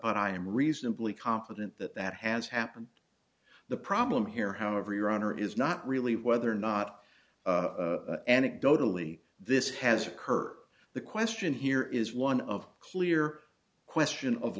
i am reasonably confident that that has happened the problem here however your honor is not really whether or not anecdotally this has occurred the question here is one of clear question of